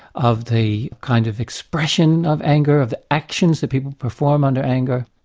of the kind of expression of anger, of the actions that people perform under anger,